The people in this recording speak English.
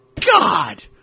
god